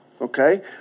okay